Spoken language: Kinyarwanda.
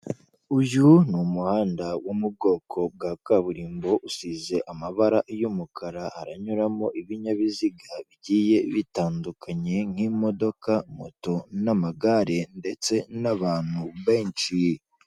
Uyu ni umuhanda wo mu bwoko bwa kaburimbo, usize amabara y'umukara, haranyuramo ibinyabiziga bigiye bitandukanye nk'imodoka, moto n'amagare ndetse n'abantu benshi.